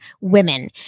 women